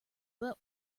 but